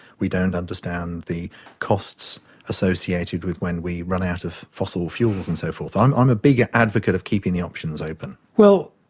we don't understand the costs associated with when we run out of fossil fuels and so forth. i'm um a big advocate of keeping the options open. well,